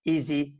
Easy